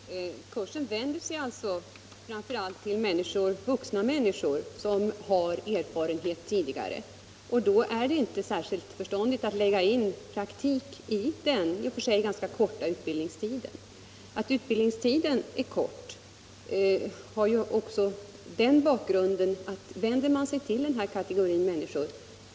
Herr talman! Kursen vänder sig framför allt till vuxna människor som har erfarenhet från arbete med barn tidigare, och då är det inte särskilt förståndigt att lägga in praktik i den i och för sig ganska korta utbildningstiden. Att utbildningstiden är så kort bör också ses mot bakgrunden att utbildningen vänder sig till vuxna människor.